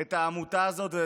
את העמותה הזאת,